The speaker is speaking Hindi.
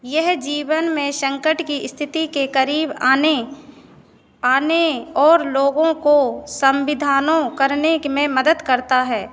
यह जीवन में संकट की स्थिति के क़रीब आने आने और लोगों को संविधानों करने क में मदद करता है